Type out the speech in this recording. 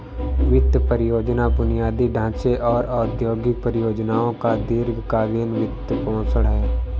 वित्त परियोजना बुनियादी ढांचे और औद्योगिक परियोजनाओं का दीर्घ कालींन वित्तपोषण है